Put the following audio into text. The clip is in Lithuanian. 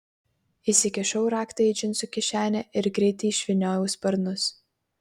įsikišau raktą į džinsų kišenę ir greitai išvyniojau sparnus